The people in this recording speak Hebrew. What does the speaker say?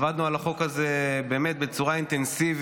עבדנו על החוק הזה באמת בצורה אינטנסיבית,